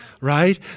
right